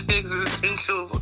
existential